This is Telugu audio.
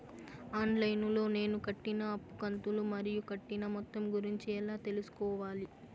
ఆన్ లైను లో నేను కట్టిన అప్పు కంతులు మరియు కట్టిన మొత్తం గురించి ఎలా తెలుసుకోవాలి?